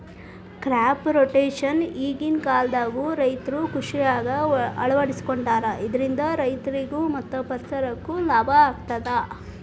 crop rotation ಈಗಿನ ಕಾಲದಾಗು ರೈತರು ಕೃಷಿಯಾಗ ಅಳವಡಿಸಿಕೊಂಡಾರ ಇದರಿಂದ ರೈತರಿಗೂ ಮತ್ತ ಪರಿಸರಕ್ಕೂ ಲಾಭ ಆಗತದ